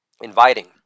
inviting